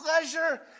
pleasure